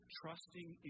trusting